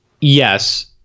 Yes